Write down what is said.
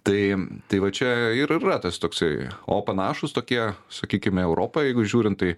tai tai va čia ir yra tas toksai o panašūs tokie sakykime europą jeigu žiūrint tai